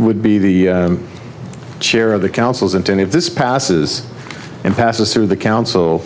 would be the chair of the councils and if this passes and passes through the council